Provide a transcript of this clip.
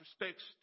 respects